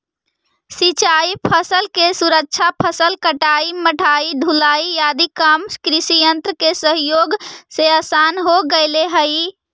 सिंचाई फसल के सुरक्षा, फसल कटाई, मढ़ाई, ढुलाई आदि काम कृषियन्त्र के सहयोग से आसान हो गेले हई